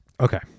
Okay